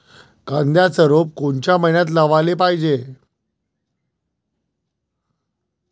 कांद्याचं रोप कोनच्या मइन्यात लावाले पायजे?